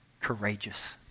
courageous